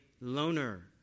loner